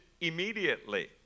immediately